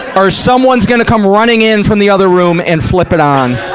or someone's gonna come running in from the other room and flip it on.